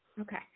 Okay